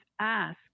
ask